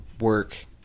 work